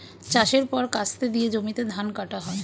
চাষের পর কাস্তে দিয়ে জমিতে ধান কাটা হয়